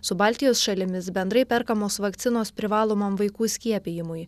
su baltijos šalimis bendrai perkamos vakcinos privalomam vaikų skiepijimui